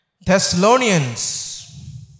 Thessalonians